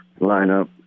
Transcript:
lineup